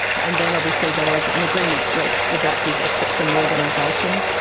and then obviously there was an agreement reached about his exit from the organisation.